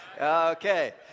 Okay